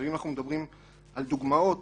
אם אנחנו מדברים על דוגמאות